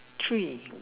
three